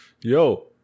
Yo